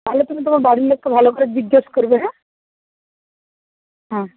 তাহলে তুমি তোমার বাড়ির লোককে ভালো করে জিজ্ঞেস করবে হ্যাঁ হ্যাঁ